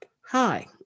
hi